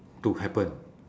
to happen